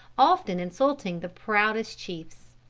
often insulting the proudest chiefs.